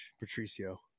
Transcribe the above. Patricio